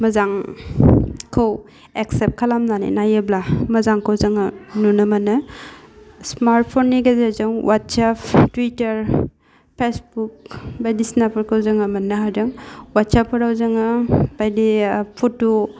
मोजांखौ एक्सेप्ट खालामनानै नायोब्ला मोजांखौ जोङो नुनो मोनो स्मार्ट फननि गेजेरजों वाट्साब टुइटार फेसबुक बायदिसिनाफोरखौ जोङो मोन्नो हादों वाट्साबफोराव जोङो बायदि फट'